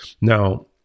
Now